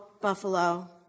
Buffalo